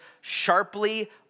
sharply